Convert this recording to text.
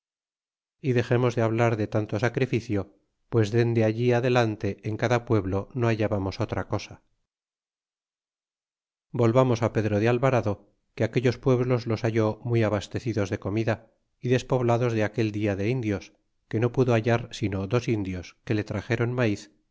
y dexemos de hablar de tanto sacrificio pues dende allí adelante en cada pueblo no hallábamos otra cosa y volvamos fi pedro de alvarado que aquellos pueblos los halló muy abastecidos de comida y despoblados de aquel dia de indios que no pudo hallar sino dos indios que le traxéron maíz